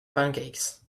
pancakes